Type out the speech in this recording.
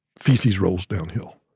feces rolls downhill